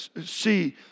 see